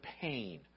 pain